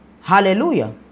hallelujah